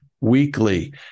weekly